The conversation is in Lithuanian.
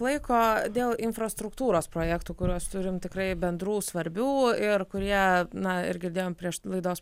laiko dėl infrastruktūros projektų kuriuos turim tikrai bendrų svarbių ir kurie na ir girdėjom prieš laidos